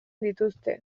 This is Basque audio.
dituzte